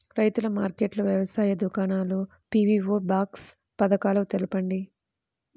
రైతుల మార్కెట్లు, వ్యవసాయ దుకాణాలు, పీ.వీ.ఓ బాక్స్ పథకాలు తెలుపండి?